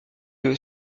que